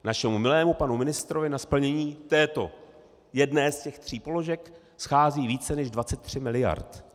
Našemu milému panu ministrovi na splnění této jedné z těch tří položek schází více než 23 miliard.